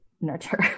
nurture